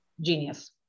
Genius